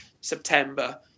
September